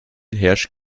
herrscht